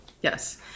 yes